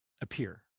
appear